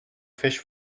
fish